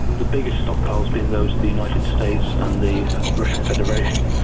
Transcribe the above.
the biggest stockpiles being those of the united states and the russian federation.